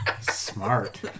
Smart